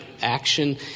action